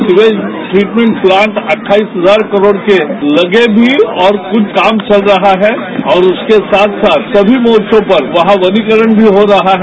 sewerage treatment plant अट्ठाईस हजार करोड़ के लगे भी और क्छ पर काम चल रहा है और उसके साथ साथ सभी मोर्चो पर वहां वनीकरण भी हो रहा है